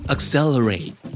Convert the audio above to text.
Accelerate